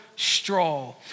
Straw